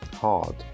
hard